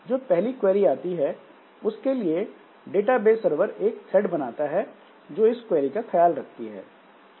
जो पहली क्वेरी आती है उसके लिए डाटा बेस सरवर एक थ्रेड बनाता है जो इस क्वेरी का ख्याल रखती है